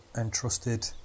entrusted